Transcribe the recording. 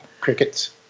Crickets